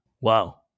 Wow